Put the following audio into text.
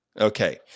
Okay